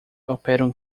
operam